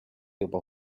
juba